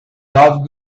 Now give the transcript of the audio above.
love